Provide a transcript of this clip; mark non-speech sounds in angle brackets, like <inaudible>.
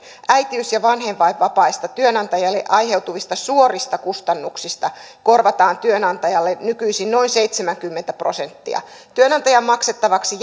äitiys ja vanhempainvapaista työnantajalle aiheutuvista suorista kustannuksista korvataan työnantajalle nykyisin noin seitsemänkymmentä prosenttia työnantajan maksettavaksi <unintelligible>